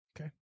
Okay